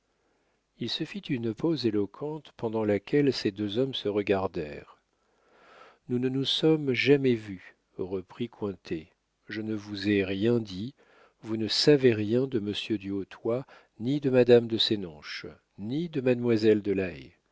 il se fit une pause éloquente pendant laquelle ces deux hommes se regardèrent nous ne nous sommes jamais vus reprit cointet je ne vous ai rien dit vous ne savez rien de monsieur du hautoy ni de madame de sénonches ni de mademoiselle de